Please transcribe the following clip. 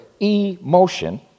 emotion